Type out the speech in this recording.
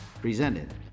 presented